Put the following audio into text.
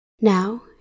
Now